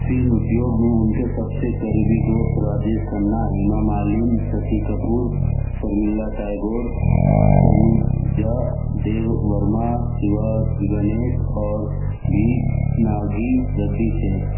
film उद्योग में उनके सबसे करीबी दोस्त राजेश खन्ना हेमा मालिन शशि कपूर शर्मिला टैगोर तनुजा देव वर्मा शिवाजी गणेशन और बी नागी रेड्डी थे